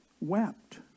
wept